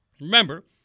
remember